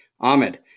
Ahmed